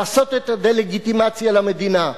לעשות את הדה-לגיטימציה למדינה?